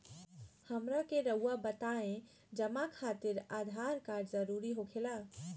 हमरा के रहुआ बताएं जमा खातिर आधार कार्ड जरूरी हो खेला?